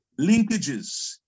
linkages